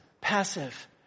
passive